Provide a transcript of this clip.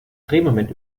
drehmoment